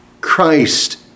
Christ